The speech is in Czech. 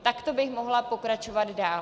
Takto bych mohla pokračovat dál.